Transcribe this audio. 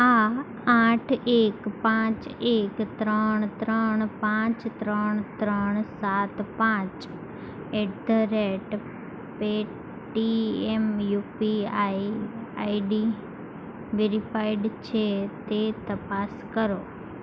આ આઠ એક પાંચ એક ત્રણ ત્રણ પાંચ ત્રણ ત્રણ સાત પાંચ at the rate Paytm UPI ID verified છે તે તપાસ કરો